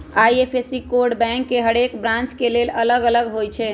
IFSC code bank के हरेक branch के लेल अलग अलग होई छै